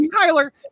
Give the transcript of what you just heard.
Tyler